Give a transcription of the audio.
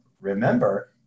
remember